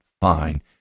fine